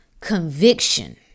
conviction